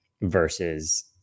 versus